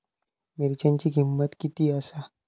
मिरच्यांची किंमत किती आसा?